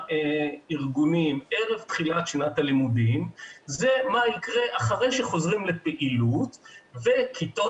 הארגונים ערב תחילת שנת הלימודים זה על מה שיקרה אחרי שחוזרים לפעילות וכיתות